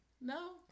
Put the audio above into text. No